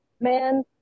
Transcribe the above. man